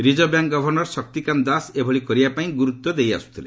reserve Bank governor Shaktikanta Das ଏଭଳି କରିବା ପାଇଁ ଗୁରୁତ୍ୱ ଦେଇ ଆସୁଥିଲେ